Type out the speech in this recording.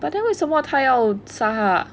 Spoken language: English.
but then 为什么他要杀他